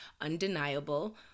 undeniable